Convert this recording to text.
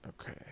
Okay